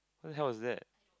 what the hell was that